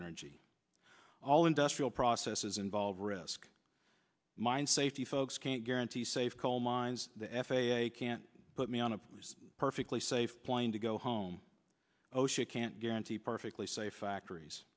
energy all industrial processes involve risk mine safety folks can't guarantee safe coal mines the f a a can't put me on a perfectly safe point to go home osha can't guarantee perfectly safe factories